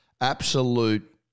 absolute